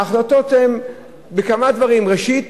ההחלטות הן בכמה דברים: ראשית,